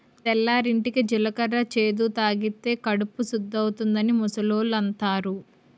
తెల్లవారింటికి జీలకర్ర చేదు తాగితే కడుపు సుద్దవుతాదని ముసలోళ్ళు అంతారు